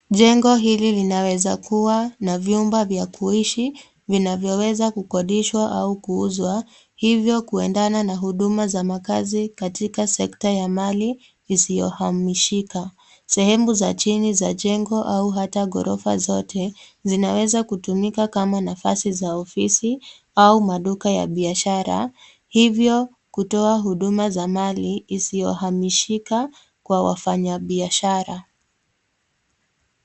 Jengo hili linaweza kuwa na vyumba vya kuishi vinavyoweza kukodishwa au kuuzwa, hivyo kuendana na huduma za makazi katika sekta ya mali isiyohamishika. Sehemu za chini za jengo au hata ghorofa zote, zinaweza kutumika kama nafasi za ofisi au maduka ya biashara, hivyo kutoa huduma za mali isiyohamishika kwa wafanyabiashara.